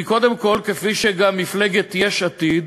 היא קודם כול, כפי שגם מפלגת יש עתיד